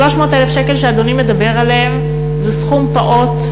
300,000 השקל שאדוני מדבר עליהם זה סכום פעוט,